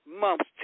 months